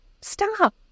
Stop